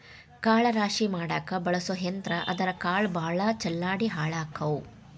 ಕಾಳ ರಾಶಿ ಮಾಡಾಕ ಬಳಸು ಯಂತ್ರಾ ಆದರಾ ಕಾಳ ಭಾಳ ಚಲ್ಲಾಡಿ ಹಾಳಕ್ಕಾವ